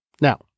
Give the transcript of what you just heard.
Now